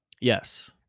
Yes